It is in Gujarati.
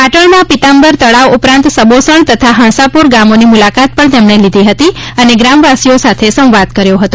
પાટણના પિતાંબર તળાવ ઉપરાંત સબોસણ તથા હાંસાપુર ગામોની મુલાકાત પણ તેમણે લીધી હતી અને ગ્રામવાસીઓ સાથે સંવાદ કર્યો હતો